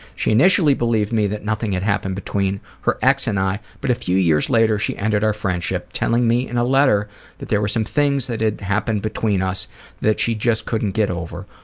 she initially believed me that nothing happened between her ex and i but a few years later she ended our friendship telling me in a letter that there were some things that had happened between us that she just couldn't get over.